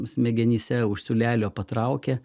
smegenyse už siūlelio patraukia